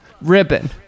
Ribbon